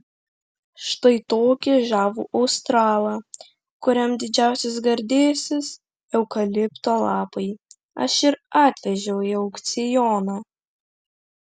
štai tokį žavų australą kuriam didžiausias gardėsis eukalipto lapai aš ir atvežiau į aukcioną